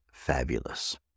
fabulous